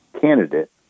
candidate